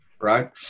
right